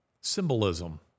symbolism